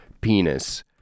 penis